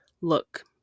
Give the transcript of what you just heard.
look